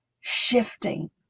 shifting